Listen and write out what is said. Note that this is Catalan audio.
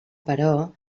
però